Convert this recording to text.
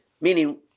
Meaning